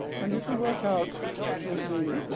and you can work out the